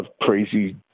crazy